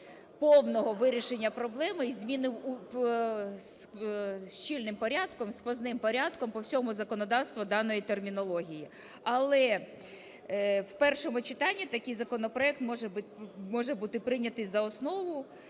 повного вирішення проблеми із зміни… зі щільним порядком, сквозним порядком по всьому законодавству даної термінології. Але в першому читанні такий законопроект може бути прийнятий за основу.